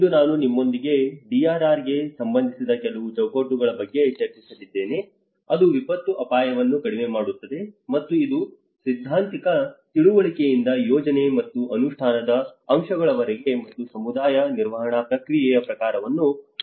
ಇಂದು ನಾನು ನಿಮ್ಮೊಂದಿಗೆ DRRಗೆ ಸಂಬಂಧಿಸಿದ ಕೆಲವು ಚೌಕಟ್ಟುಗಳ ಬಗ್ಗೆ ಚರ್ಚಿಸಲಿದ್ದೇನೆ ಅದು ವಿಪತ್ತು ಅಪಾಯವನ್ನು ಕಡಿಮೆ ಮಾಡುತ್ತದೆ ಮತ್ತು ಇದು ಸೈದ್ಧಾಂತಿಕ ತಿಳುವಳಿಕೆಯಿಂದ ಯೋಜನೆ ಮತ್ತು ಅನುಷ್ಠಾನದ ಅಂಶಗಳವರೆಗೆ ಮತ್ತು ಸಮುದಾಯ ನಿರ್ವಹಣಾ ಪ್ರಕ್ರಿಯೆಯ ಪ್ರಕಾರವನ್ನು ಒಳಗೊಂಡಿದೆ